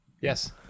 Yes